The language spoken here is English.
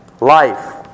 life